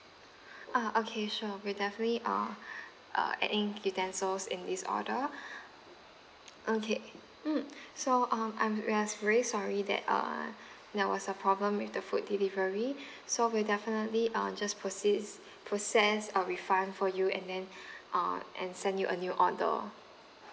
uh okay sure we definitely uh uh add in utensils in this order okay mm so um I'm we're s~ very sorry that uh there was a problem with the food delivery so we'll definitely uh just proceed process a refund for you and then uh send you a new order